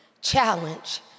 challenge